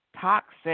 toxic